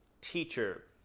teacher